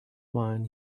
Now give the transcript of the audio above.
wine